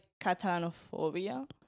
Catalanophobia